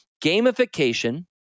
gamification